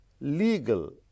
legal